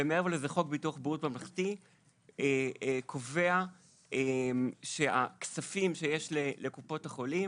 מעבר לזה: חוק ביטוח בריאות ממלכתי קובע שהכספים שיש לקופות החולים